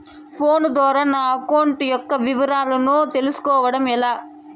Phone ద్వారా నా account యొక్క వివరాలు తెలుస్కోవడం ఎలా?